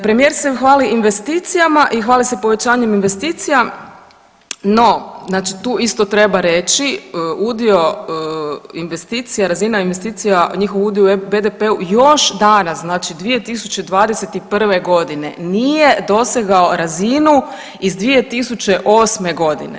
Premijer se hvali investicijama i hvali se povećanjem investicija, no znači tu isto treba reći udio investicija, razina investicija, njihov udio u BDP-u još danas znači 2021. godine nije dosegao razinu iz 2008. godine.